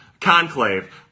Conclave